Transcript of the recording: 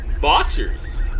boxers